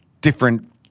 different